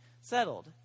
settled